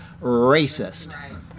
racist